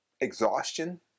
exhaustion